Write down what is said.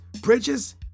bridges